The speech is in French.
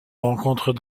rencontre